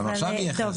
גם עכשיו יהיה חסר.